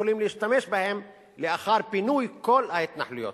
יכולים להשתמש בהם לאחר פינוי כל ההתנחלויות.